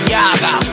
Yaga